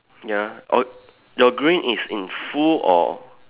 ya oh your green is in full or